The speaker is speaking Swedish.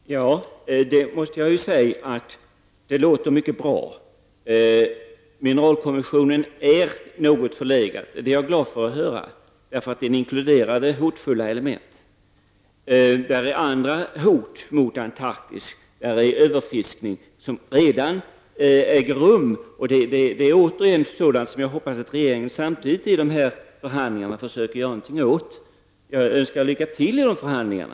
Fru talman! Ja, jag måste ju säga att det låter mycket bra! Mineralkonventionen är något förlegad. Det är jag glad för att höra, därför att den inkluderade hotfulla element. Det finns andra hot mot Antarktis. Där pågår överfiskning, och detta är återigen sådant som jag hoppas att regeringen samtidigt i dessa förhandlingar skall försöka göra någonting åt. Jag önskar lycka till med förhandlingarna!